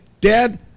Dad